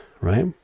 right